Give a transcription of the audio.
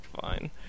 fine